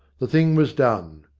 the thing was done.